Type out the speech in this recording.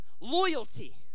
loyalty